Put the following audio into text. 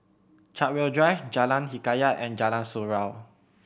Chartwell Drive Jalan Hikayat and Jalan Surau